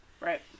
Right